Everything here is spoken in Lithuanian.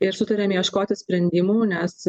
ir sutarėm ieškoti sprendimų nes